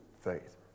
faith